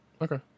Okay